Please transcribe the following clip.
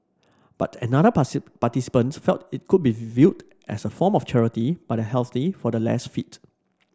but another participant felt it could be viewed as a form of charity by the healthy for the less fit